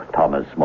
Thomas